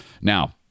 now